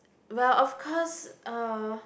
well of course uh